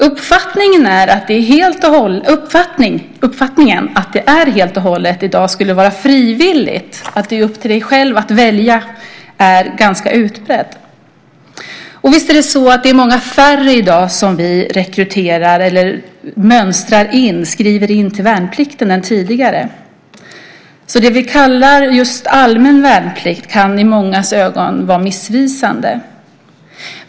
Uppfattningen att det i dag helt och hållet skulle vara frivilligt - att det är upp till dig själv att välja - är ganska utbredd. Och visst är det många färre som vi i dag rekryterar eller som mönstrar och skriver in till värnplikten än tidigare. Det som vi kallar just allmän värnplikt kan i mångas ögon vara missvisande.